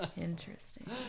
interesting